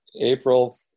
April